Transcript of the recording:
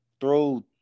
throw